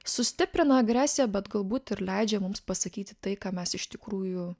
sustiprina agresiją bet galbūt ir leidžia mums pasakyti tai ką mes iš tikrųjų